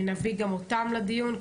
נביא גם אותם לדיון.